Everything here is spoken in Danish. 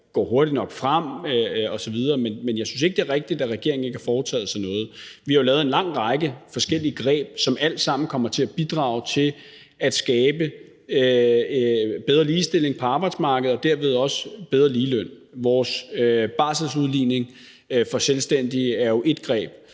går hurtigt nok frem osv., men jeg synes ikke, det er rigtigt, at regeringen ikke har foretaget sig noget. Vi har jo foretaget en lang række forskellige greb, som alt sammen kommer til at bidrage til at skabe bedre ligestilling på arbejdsmarkedet og derved også bedre ligeløn. Vores barselsudligning for selvstændige er jo ét greb,